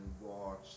watch